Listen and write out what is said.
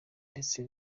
ndetse